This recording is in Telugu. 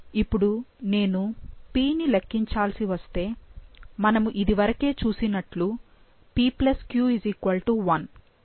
ఇప్పుడు నేను p ని లెక్కించాల్సి వస్తే మనము ఇది వరకే చూసినట్లు pq 1